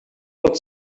would